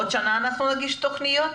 עוד שנה אנחנו נגיש תוכניות?